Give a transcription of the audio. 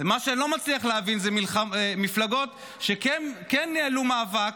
מה שאני לא מצליח להבין זה מפלגות שניהלו מאבק,